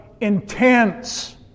intense